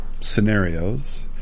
scenarios